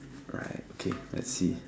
right okay let's see